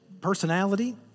personality